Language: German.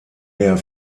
der